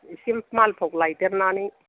एसे मालभ'क लायदेरनानै